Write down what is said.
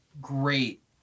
Great